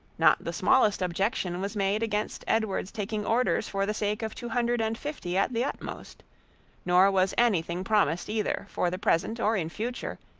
not the smallest objection was made against edward's taking orders for the sake of two hundred and fifty at the utmost nor was anything promised either for the present or in future,